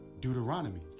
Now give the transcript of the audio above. Deuteronomy